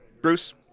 Bruce